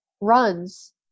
runs